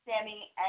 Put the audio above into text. Sammy